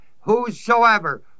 Whosoever